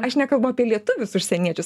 aš nekalbu apie lietuvius užsieniečius